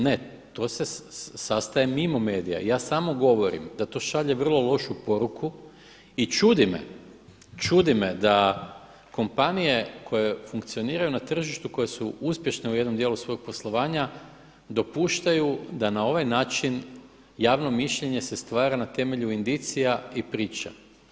Ne, to se sastaje mimo medija i ja samo govorim da to šalje vrlo lošu poruku i čudi me da kompanije koje funkcioniraju na tržištu koje su uspješne u jednom dijelu svog poslovanja dopuštaju da na ovaj način javno mišljenje se stvara na temelju indicija i priča.